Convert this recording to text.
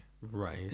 Right